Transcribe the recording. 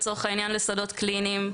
לצורך העניין לשדות קליניים,